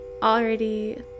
already